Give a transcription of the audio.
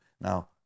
Now